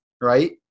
right